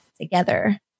together